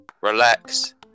relax